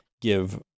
give